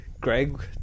Greg